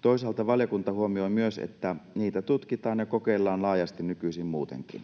Toisaalta valiokunta huomioi myös, että niitä tutkitaan ja kokeillaan nykyisin laajasti muutenkin.